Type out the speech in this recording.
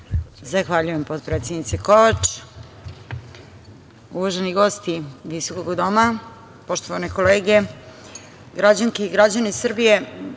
Zahvaljujem potpredsednice Kovač. Uvaženi gosti visokog doma, poštovane kolege, građanke i građani Srbije,